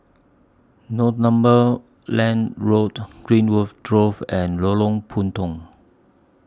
Northumberland Road Greenwood Grove and Lorong Puntong